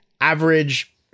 average